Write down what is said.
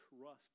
trust